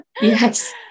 Yes